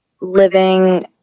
living